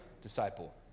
Disciple